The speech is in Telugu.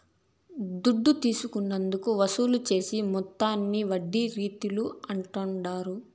దుడ్డు తీసుకున్నందుకు వసూలు చేసే మొత్తాన్ని వడ్డీ రీతుల అంటాండారు